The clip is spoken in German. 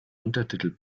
untertitel